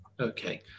Okay